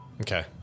Okay